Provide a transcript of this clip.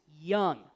young